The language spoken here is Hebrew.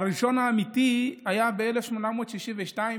הראשון, האמיתי, היה ב-1862.